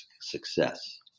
success